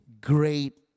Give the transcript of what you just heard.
great